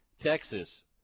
Texas